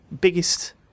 biggest